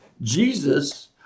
Jesus